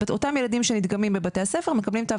אותם ילדים שנדגמים בבתי הספר מקבלים תו